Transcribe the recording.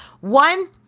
One